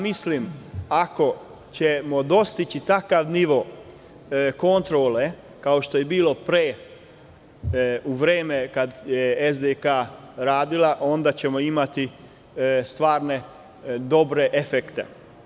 Mislim da ako ćemo dostići takav nivo kontrole, kao što je to bilo pre, u vreme kada je SDK radila, onda ćemo imati stvarno dobre efekte.